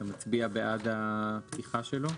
אתה מצביע בעד הפתיחה שלו?